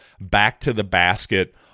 back-to-the-basket